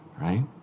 right